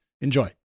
Enjoy